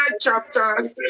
chapter